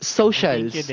socials